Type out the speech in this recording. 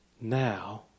now